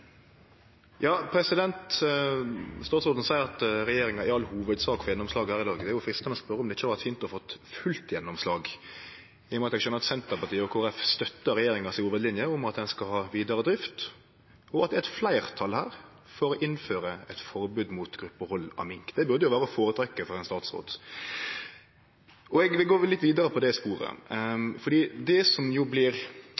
dag. Det er freistande å spørje om det ikkje hadde vore fint å få fullt gjennomslag, i og med at eg skjønar at Senterpartiet og Kristeleg Folkeparti støttar hovudlinja til regjeringa om at ein skal ha vidare drift, og at det er fleirtal for å innføre eit forbod mot gruppehald av mink. Det burde jo vere å føretrekkje for ein statsråd. Eg vil gå litt vidare på det sporet,